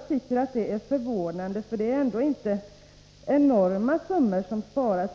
tycker jag är förvånande. Det är ju inte enorma summor som sparas.